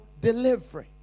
delivery